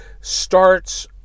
starts